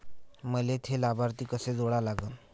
मले थे लाभार्थी कसे जोडा लागन?